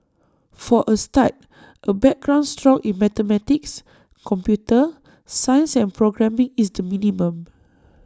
for A start A background strong in mathematics computer science and programming is the minimum